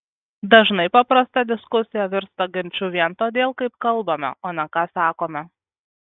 dažnai paprasta diskusija virsta ginču vien todėl kaip kalbame o ne ką sakome